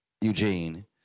Eugene